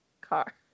car